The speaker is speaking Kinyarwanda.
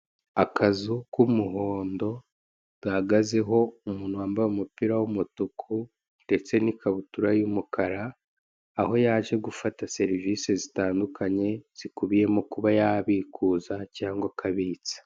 Akazu k'umuhondo gahagazeho umuntu wambaye umupira w'umutuku ndetse n'ikabutura y'umukara aho yaje gufata serivise zitandukanye zikubiyemo kuba yabikuza cyangwa yabitsa.